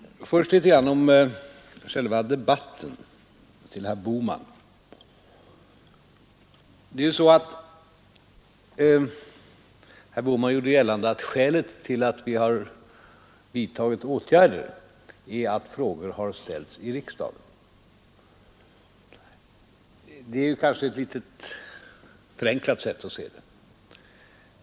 Först några ord till herr Bohman om själva debatten. Herr Bohman gjorde gällande att skälet till att vi har vidtagit åtgärder är att frågor har ställts i riksdagen. Det är kanske ett litet förenklat sätt att se saken.